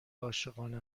عاشقانه